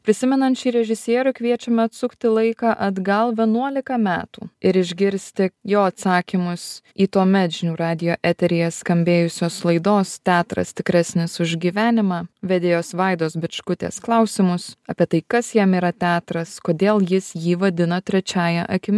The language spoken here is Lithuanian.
prisimenant šį režisierių kviečiame atsukti laiką atgal vienuolika metų ir išgirsti jo atsakymus į tuomet žinių radijo eteryje skambėjusios laidos teatras tikresnis už gyvenimą vedėjos vaidos bičkutės klausimus apie tai kas jam yra teatras kodėl jis jį vadina trečiąja akimi